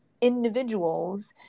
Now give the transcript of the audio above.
individuals